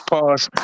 Pause